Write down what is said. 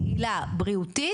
היא עילה בריאותית,